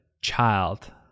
child